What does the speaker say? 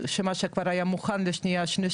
מה שהיה כבר מוכן לשנייה-שלישית,